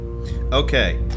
Okay